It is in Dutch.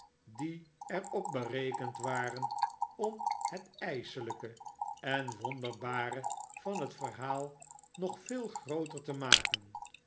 die er op berekend waren om het ijselijke en wonderbare van het verhaal nog veel grooter te maken